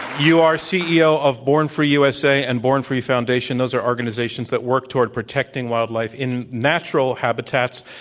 you are ceo of born free usa and born free foundation. those are organizations that work toward protecting wildlife in natural habitats.